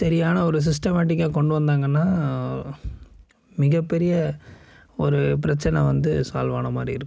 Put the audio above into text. சரியான ஒரு சிஸ்டமெட்டிக்காக கொண்டு வந்தாங்கன்னால் மிக பெரிய ஒரு பிரச்சனை வந்து சால்வ் ஆன மாதிரி இருக்கும்